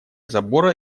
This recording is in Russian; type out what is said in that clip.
забора